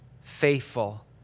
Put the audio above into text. faithful